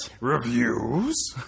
Reviews